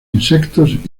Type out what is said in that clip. insectos